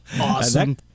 awesome